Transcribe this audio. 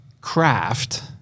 craft